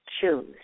choose